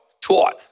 taught